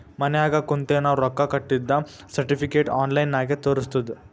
ಮನ್ಯಾಗ ಕುಂತೆ ನಾವ್ ರೊಕ್ಕಾ ಕಟ್ಟಿದ್ದ ಸರ್ಟಿಫಿಕೇಟ್ ಆನ್ಲೈನ್ ನಾಗೆ ತೋರಸ್ತುದ್